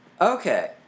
Okay